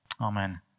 Amen